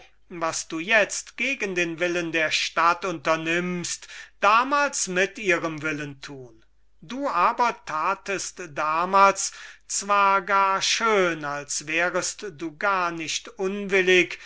was du jetzt gegen den willen der stadt unternimmst damals mit ihrem willen tun du aber tatest damals zwar gar schön als wärest du gar nicht unwillig